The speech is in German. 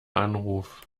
anruf